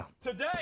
Today